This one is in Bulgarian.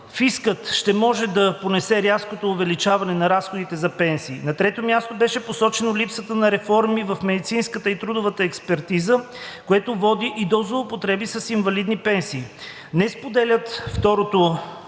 фискът ще може да понесе рязкото увеличаване на разходите за пенсии. На трето място, беше посочено липсата на реформи в медицинската и трудовата експертиза, което води и до злоупотреби с инвалидни пенсии. Не споделят второто